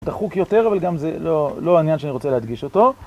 דחוק יותר, אבל גם זה לא העניין שאני רוצה להדגיש אותו.